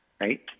right